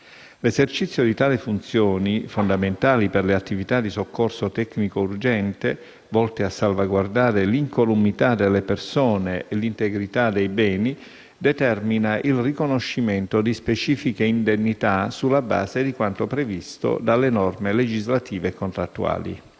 L'esercizio di tali funzioni, fondamentali per le attività di soccorso tecnico urgente, volte a salvaguardare l'incolumità delle persone e l'integrità dei beni, determina il riconoscimento di specifiche indennità sulla base di quanto previsto dalle norme legislative e contrattuali.